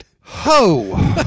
Ho